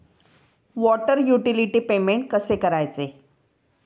Water utility payment कसे करायचे?